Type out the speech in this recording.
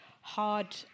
hard